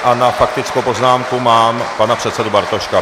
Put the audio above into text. Na faktickou poznámku mám pana předsedu Bartoška.